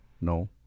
No